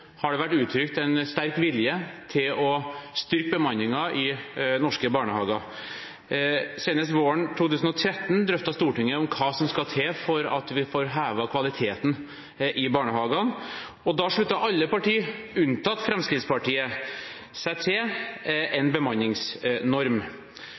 har det vært uttrykt en sterk vilje til å styrke bemanningen i norske barnehager. Senest våren 2013 drøftet Stortinget hva som skal til for å få hevet kvaliteten i barnehagene, og da sluttet alle partier unntatt Fremskrittspartiet seg til